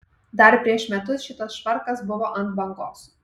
dar prieš metus šitas švarkas buvo ant bangos